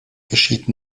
geschieht